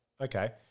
Okay